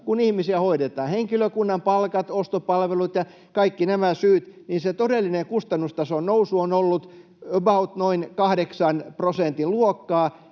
kun ihmisiä hoidetaan: on henkilökunnan palkat, ostopalvelut ja kaikki nämä syyt. Se todellinen kustannustason nousu on ollut about noin kahdeksan prosentin luokkaa,